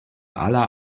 aller